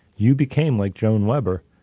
you became like joan weber,